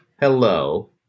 hello